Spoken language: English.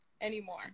anymore